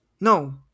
No